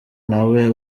nawe